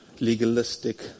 legalistic